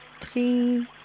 three